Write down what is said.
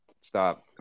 Stop